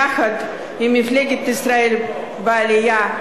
יחד עם מפלגת ישראל בעלייה,